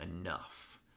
enough